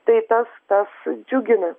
tai tas tas džiugina